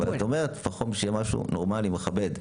אבל את אומרת: שלפחות יהיה משהו נורמלי, מכבד.